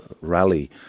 rally